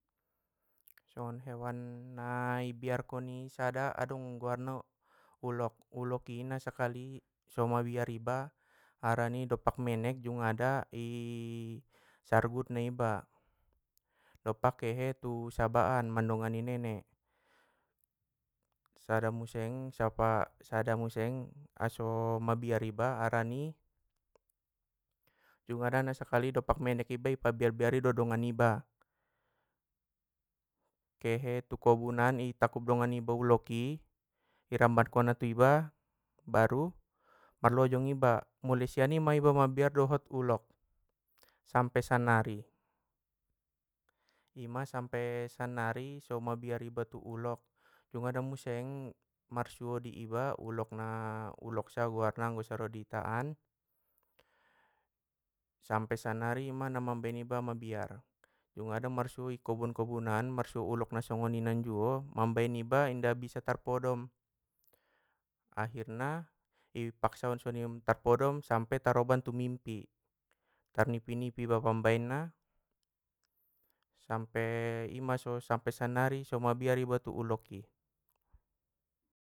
Songon hewan na i biarkon i sada adong guarna ulok, ulok i nasakali so mabiar iba harani doppak menek jungada i sargutna iba, doppak kehe tu saba an mandongani nenek. Sada muse sapa- sada museng asoo mabiar iba harani, jungada nasakali doppak menek iba i pabbiar biari dot donga niba, kehe tu kobunan i takkup dongan niba ulok i, irabbankon na tu iba baru marlojong iba mule sia i ma iba mabiar dohot ulok, sampai sannari, ima sampe sannari so mabiar iba tu ulok, dungada muse marsuo ji iba ulok na ulok sa guarna anggo saro di ita an, sampe sannari ima na mabanen ita mabiar!, jungada marsuo i kobun kobun an marsuo ulok na songoninan juo mambaen iba inda bisa tarpodom, akhirna i paksaon songoni tarpodom sampe taroban tu mimpi- tarnipi nipi iba pambaen na sampe ima so- sannari so mabiar iba tu ulok ki.